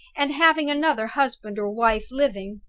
and having another husband or wife living